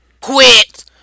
quit